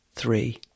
Three